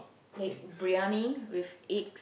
like briyani with egg